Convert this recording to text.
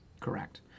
correct